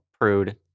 Prude